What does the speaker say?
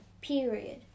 period